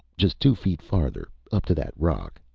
just two feet farther, up to that rock,